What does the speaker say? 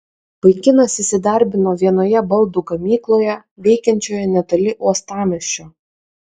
vaikinas įsidarbino vienoje baldų gamykloje veikiančioje netoli uostamiesčio